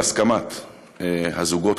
בהסכמת הזוגות,